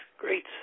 Great